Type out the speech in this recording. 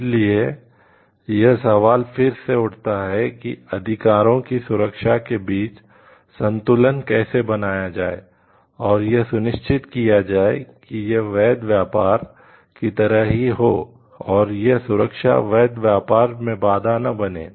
इसलिए यह सवाल फिर से उठता है कि अधिकारों की सुरक्षा के बीच संतुलन कैसे बनाया जाए और यह सुनिश्चित किया जाए कि यह वैध व्यापार की तरह ही हो और यह सुरक्षा वैध व्यापार में बाधा न बने